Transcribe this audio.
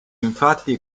infatti